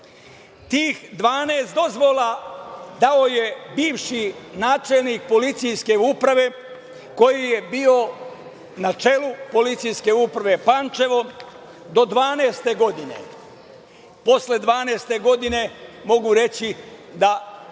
Tih 12 dozvola dao je bivši načelnik policijske uprave koji je bio na čelu Policijske uprave Pančevo do 2012. godine. Posle 2012. godine mogu reći da